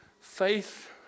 faith